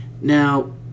Now